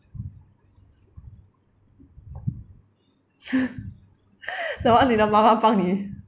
that one 你的妈妈帮你